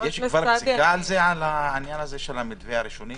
יש כבר פסיקה על זה, מה הוא מתווה ראשוני?